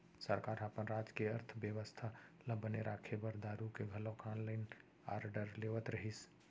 सरकार ह अपन राज के अर्थबेवस्था ल बने राखे बर दारु के घलोक ऑनलाइन आरडर लेवत रहिस